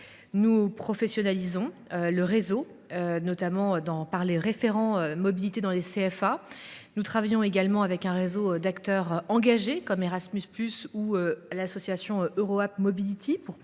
Nous professionnalisons le réseau des référents mobilité dans les CFA ; nous travaillons également avec un réseau d’acteurs engagés, comme Erasmus+ ou l’association Euro App Mobility,